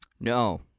No